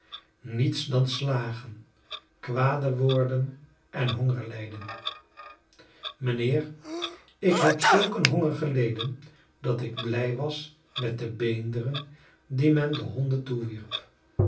niets dan slagen kwade woorden en honger lijden mijnheer ik heb zulk een honger geleden dat ik blij was met de beenderen die men den honden